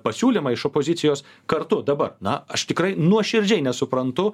pasiūlymą iš opozicijos kartu dabar na aš tikrai nuoširdžiai nesuprantu